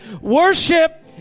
Worship